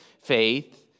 faith